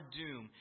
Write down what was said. doom